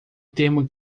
termo